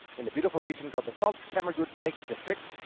in a beautiful region called the salzkammergut lake district.